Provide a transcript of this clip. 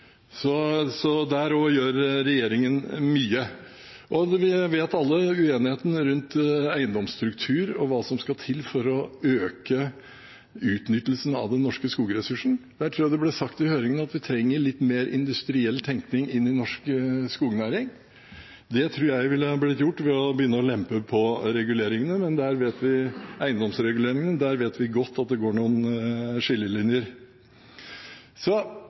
Så der også gjør regjeringen mye. Vi kjenner alle til uenigheten rundt eiendomsstruktur og hva som skal til for å øke utnyttelsen av den norske skogressursen. Der tror jeg det ble sagt i høringen at vi trenger litt mer industriell tenkning i norsk skognæring. Det tror jeg ville blitt gjort ved å begynne å lempe på eiendomsreguleringene. Der vet vi godt at det går noen skillelinjer. Så